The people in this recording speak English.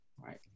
Right